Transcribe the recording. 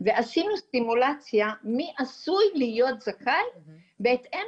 ועשינו סימולציה מי עשוי להיות זכאי בהתאם